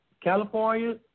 California